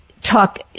talk